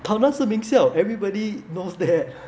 tao nan 是名校 everybody knows that